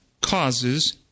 causes